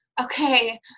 okay